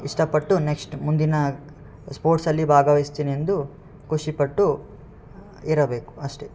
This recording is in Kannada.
ಇಷ್ಟಪಟ್ಟು ನೆಕ್ಶ್ಟ್ ಮುಂದಿನ ಸ್ಪೋರ್ಟ್ಸಲ್ಲಿ ಭಾಗವಹಿಸ್ತೀನಿ ಎಂದು ಖುಷಿಪಟ್ಟು ಇರಬೇಕು ಅಷ್ಟೇ